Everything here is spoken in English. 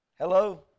Hello